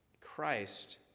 Christ